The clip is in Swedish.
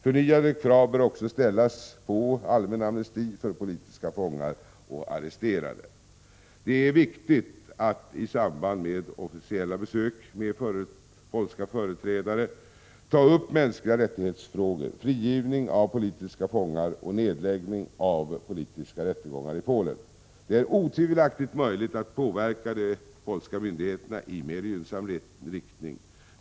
Förnyade krav bör också ställas på allmän amnesti för politiska fångar och arresterade. Det är viktigt att i samband med officiella besök med polska företrädare ta upp om mänskliga rättigheter, frigivning av politiska fångar och nedläggning av politiska rättegångar i Polen. Det är utan tvivel möjligt att påverka de polska myndigheterna i mer gynnsam riktning.